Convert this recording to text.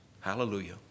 Hallelujah